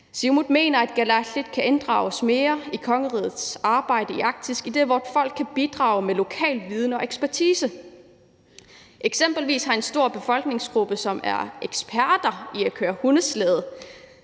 Siumut mener, at kalaallit kan inddrages mere i kongerigets arbejde i Arktis, idet vort folk kan bidrage med lokal viden og ekspertise. Eksempelvis er en stor befolkningsgruppe, som er eksperter i at køre hundeslæde,